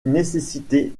nécessité